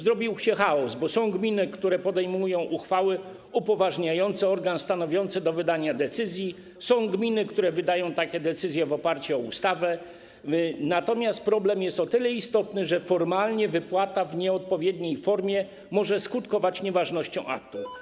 Zrobił się chaos, bo są gminy, które podejmują uchwały upoważniające organ stanowiący do wydawania decyzji, są gminy, które wydają takie decyzje w oparciu o ustawę, natomiast problem jest o tyle istotny, że formalnie wypłata w nieodpowiedniej formie może skutkować nieważnością aktu.